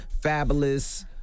Fabulous